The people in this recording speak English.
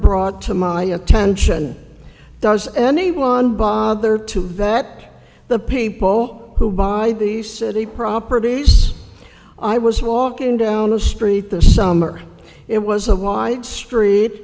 brought to my attention does anyone bother to that the people who buy the city properties i was walking down the street this summer it was a wide street